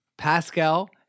Pascal